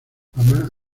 mama